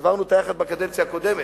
העברנו אותה יחד בקדנציה הקודמת,